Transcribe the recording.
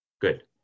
Good